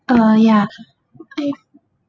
uh ya I